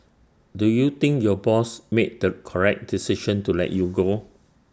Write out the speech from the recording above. do you think your boss made the correct decision to let you go